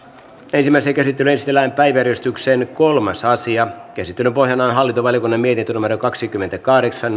ensimmäiseen käsittelyyn esitellään päiväjärjestyksen kolmas asia käsittelyn pohjana on hallintovaliokunnan mietintö kaksikymmentäkahdeksan